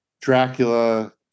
Dracula